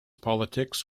politics